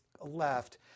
left